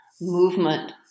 movement